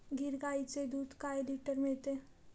गीर गाईचे दूध काय लिटर मिळते?